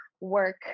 work